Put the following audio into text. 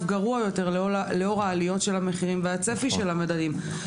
גרוע יותר לאור עליות המחירים והצפי של המדדים.